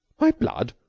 my blood!